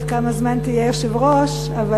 זמן שאתה יושב-ראש,